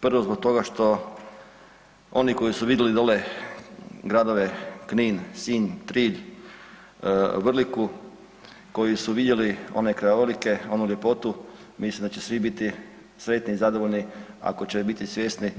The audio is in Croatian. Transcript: Prvo zbog toga što oni koji su vidjeli dolje gradove Knin, Sinj, Trilj, Vrliku koji su vidjeli one krajolike, onu ljepotu mislim da će svi biti sretni i zadovoljni ako će biti svjesni